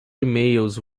emails